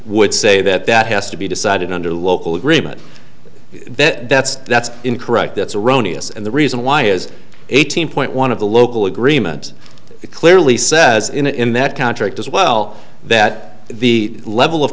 would say that that has to be decided under local agreement that that's that's incorrect that's erroneous and the reason why is eighteen point one of the local agreements it clearly says in that contract as well that the level of